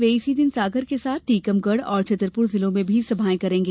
वे इसी दिन सागर के साथ टीकमगढ़ और छतरपुर जिलों में भी सभाएं संबोधित करेंगे